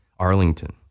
Arlington